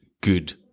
good